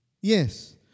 Yes